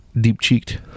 deep-cheeked